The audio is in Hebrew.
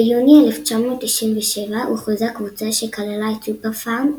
ביוני 1997 הוכרזה קבוצה שכללה את סופר-פארם,